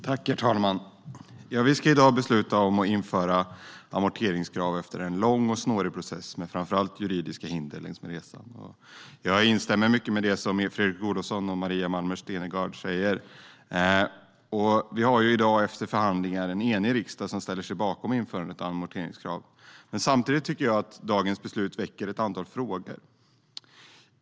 Herr talman! Vi ska i dag besluta om att införa amorteringskrav efter en lång och snårig process med framför allt juridiska hinder längs med resan. Jag instämmer i mycket av det som Fredrik Olovsson och Maria Malmer Stenergard säger. Vi har i dag efter förhandlingar en enig riksdag som ställer sig bakom införandet av amorteringskrav, men samtidigt tycker jag att dagens beslut väcker ett antal frågor.